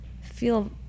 feel